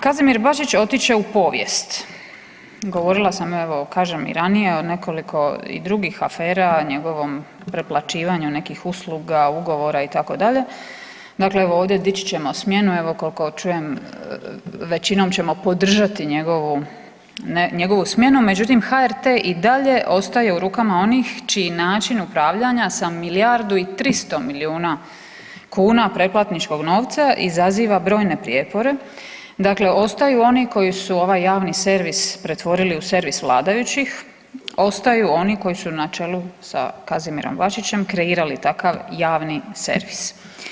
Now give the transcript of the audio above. Kazimir Bačić otići će u povijest, govorila sam evo, kažem i ranije, nekoliko i drugih afera njegovom preplaćivanju nekih usluga, ugovora itd., dakle ovdje dići ćemo smjenu, evo koliko čujem, većinom ćemo podržati njegovu smjenu međutim HRT i dalje ostaje u rukama onih čiji način upravljanja sa milijardu i 300 milijuna pretplatničkog novca, izaziva brojne prijepore, dakle ostaju oni koji su ovaj javni servis pretvorili u servis vladajućih, ostaju oni koji su na čelu sa Kazimirom Bačićem kreirali takav javni servis.